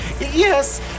yes